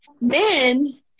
men